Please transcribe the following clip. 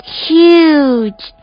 huge